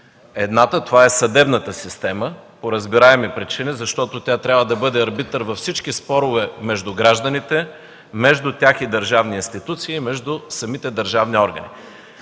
Едната е съдебната система по разбираеми причини, защото тя трябва да бъде арбитър във всички спорове между гражданите, между тях и държавни институции, между самите държавни органи.